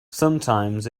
sometimes